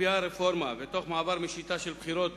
על-פי הרפורמה ותוך מעבר משיטה של בחירות